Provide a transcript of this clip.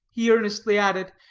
he earnestly added,